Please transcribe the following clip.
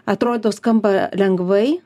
atrodo skamba lengvai